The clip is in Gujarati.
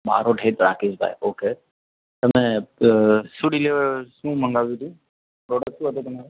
બારોટ હેત રાકેશભાઈ ઓકે તમે શું ડિલેવર શું મંગાવ્યું હતું પ્રોડક્ટ શું હતો તમારો